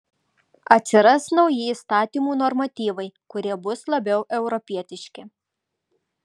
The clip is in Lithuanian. atsiras nauji įstatymų normatyvai kurie bus labiau europietiški